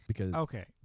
Okay